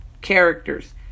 characters